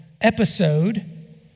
episode